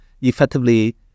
effectively